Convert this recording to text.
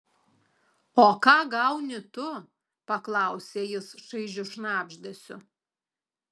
o ką gauni tu paklausė jis šaižiu šnabždesiu